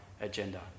agenda